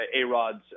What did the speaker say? A-Rod's